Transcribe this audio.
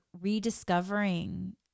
rediscovering